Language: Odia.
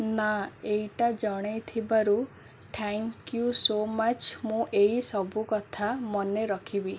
ନା ଏଇଟା ଜଣାଇଥିବାରୁ ଥ୍ୟାଙ୍କ୍ ୟୁ ସୋ ମଚ୍ ମୁଁ ଏଇ ସବୁକଥା ମନେ ରଖିବି